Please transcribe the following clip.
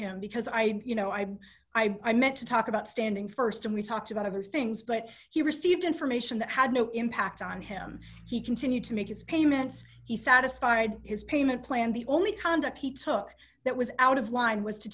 him because i you know i i meant to talk about standing st and we talked about other things but he received information that had no impact on him he continued to make his payments he satisfied his payment plan the only conduct he took that was out of line was to